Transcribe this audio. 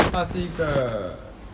他是一个